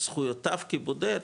וזכויותיו כבודד,